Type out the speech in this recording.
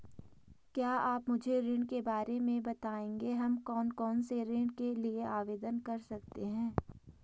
क्या आप मुझे ऋण के बारे में बताएँगे हम कौन कौनसे ऋण के लिए आवेदन कर सकते हैं?